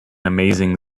amazing